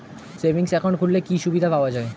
Savings account খুললে কি সুবিধা পাওয়া যায়?